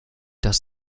das